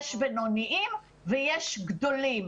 יש בינוניים ויש גדולים.